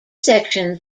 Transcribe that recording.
section